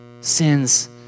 Sins